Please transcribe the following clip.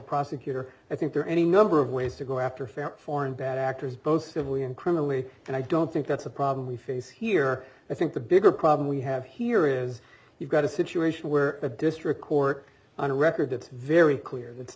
prosecutor i think there are any number of ways to go after fair foreign bad actors both civilly and criminally and i don't think that's a problem we face here i think the bigger problem we have here is you've got a situation where a district court on a record it's very clear